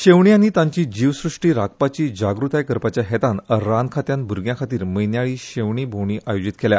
शेवर्णी आनी तांची जीवसृश्ट राखपाची जागृताय करपाच्या हेतान रान खात्यान भूरग्यां खातीर म्हयन्याळी शेंवणी भोंवडी आयोजीत केल्या